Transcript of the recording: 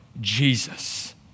Jesus